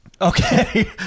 Okay